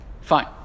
Fine